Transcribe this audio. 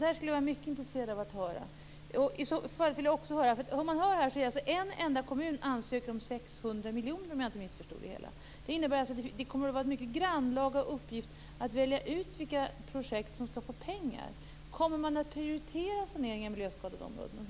Det skulle vara intressant att få höra. Om jag inte missförstått det hela har en kommun ansökt om 600 miljoner. Det innebär att det kommer att vara en mycket grannlaga uppgift att välja ut vilka projekt som skall få pengar. Kommer man att prioritera sanering i miljöskadade områden?